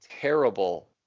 terrible